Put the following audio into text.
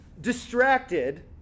distracted